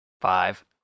Five